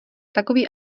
takový